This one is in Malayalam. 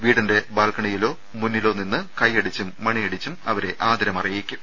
വീടിന്റെ ബാൽക്കണി യിലോ മുന്നിലോ നിന്ന് കൈയടിച്ചും മണിയടിച്ചും അവരെ ആദരം അറിയിക്കും